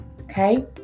okay